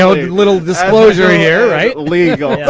so a little disclosure here, right? legal.